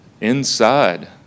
Inside